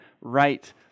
right